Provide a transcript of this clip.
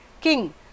king